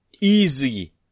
Easy